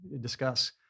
discuss